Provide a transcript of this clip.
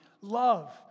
love